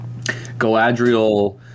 Galadriel